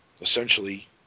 Essentially